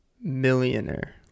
millionaire